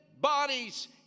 bodies